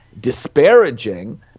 disparaging